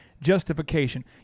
justification